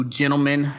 gentlemen